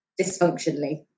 dysfunctionally